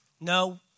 No